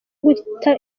guta